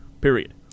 period